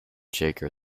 shaker